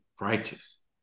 righteous